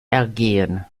ergehen